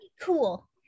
cool